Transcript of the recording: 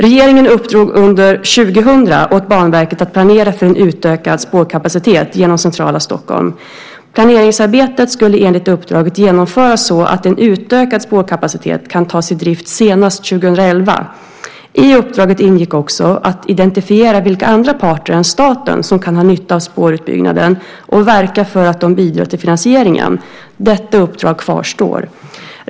Regeringen uppdrog under 2000 åt Banverket att planera för en utökad spårkapacitet genom centrala Stockholm. Planeringsarbetet skulle enligt uppdraget genomföras så att en utökad spårkapacitet kan tas i drift senast 2011. I uppdraget ingick också att identifiera vilka andra parter än staten som kan ha nytta av spårutbyggnaden och verka för att de bidrar till finansieringen. Detta uppdrag kvarstår.